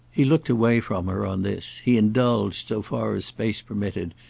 he looked away from her on this he indulged, so far as space permitted,